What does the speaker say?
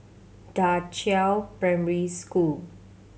Da Qiao Primary School